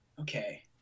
Okay